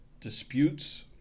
Disputes